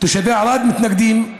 תושבי ערד מתנגדים,